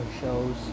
shows